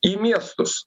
į miestus